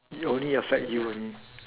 it will only affect you only